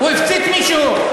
הוא הפציץ מישהו?